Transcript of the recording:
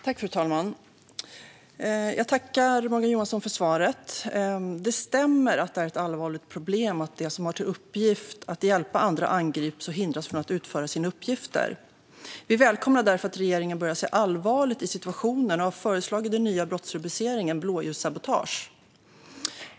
Fru talman! Jag tackar Morgan Johansson för svaret. Det stämmer; det är ett allvarligt problem att de som har till uppgift att hjälpa andra angrips och hindras från att utföra sina uppgifter. Vi välkomnar därför att regeringen börjar se allvaret i situationen och har föreslagit den nya brottsrubriceringen blåljussabotage.